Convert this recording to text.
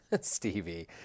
Stevie